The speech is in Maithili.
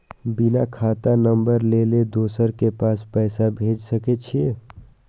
बिना खाता नंबर लेल दोसर के पास पैसा भेज सके छीए?